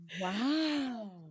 Wow